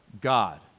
God